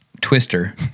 twister